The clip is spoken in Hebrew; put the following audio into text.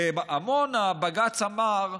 בעמונה בג"ץ אמר: